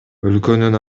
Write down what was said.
өлкөнүн